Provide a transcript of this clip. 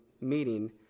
meeting